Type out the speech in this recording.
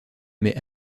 mais